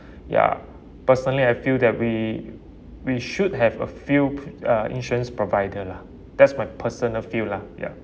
ya personally I feel that we we should have a few p~ uh insurance provider lah that's my personal feel lah ya